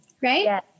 right